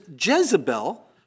Jezebel